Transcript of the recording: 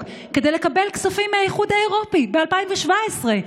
כדי לקבל כספים מהאיחוד האירופי ב-2017.